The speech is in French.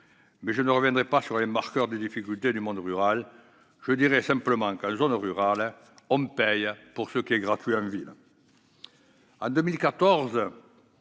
dit, je ne reviendrai pas sur les marqueurs des difficultés du monde rural. Je dirai simplement que, en zone rurale, on paie pour ce qui, en ville,